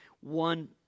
one